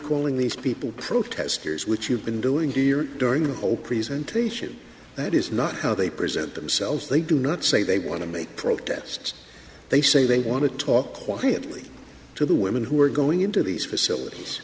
calling these people protesters which you've been doing to your during the whole presentation that is not how they present themselves they do not say they want to protest they want to talk to the women who are going into these facilities